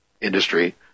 industry